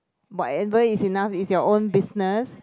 whatever is enough is your own business